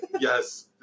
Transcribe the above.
Yes